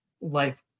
life